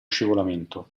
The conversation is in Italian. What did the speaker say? scivolamento